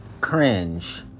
cringe